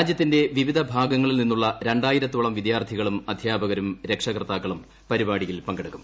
രാജ്യത്തിന്റെ വിവിധ ഭാഗങ്ങളിൽ നിന്നുള്ള രണ്ടായിരത്തോളം വിദ്യാർത്ഥികളും അദ്ധ്യാപകരും രക്ഷകർത്താക്കളും പരിപാടിയിൽ പങ്കെടുക്കും